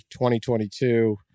2022